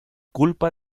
culpa